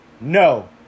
No